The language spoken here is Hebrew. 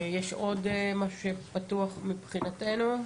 יש עוד נושא פתוח מבחינתנו?